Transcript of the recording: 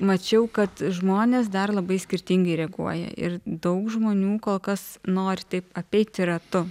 mačiau kad žmonės dar labai skirtingai reaguoja ir daug žmonių kol kas nori taip apeiti ratu